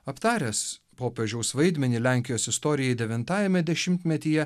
aptaręs popiežiaus vaidmenį lenkijos istorijai devintajame dešimtmetyje